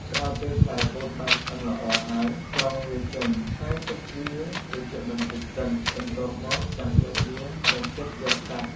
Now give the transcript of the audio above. ក្រោយពេលផ្លែពោតបានឆ្អិនល្អហើយ ស្រង់វាចេញហើយទុកវាត្រជាក់បន្ដិចសិន បន្ទាប់មកចាំយកវាមកចិតយកសាច់។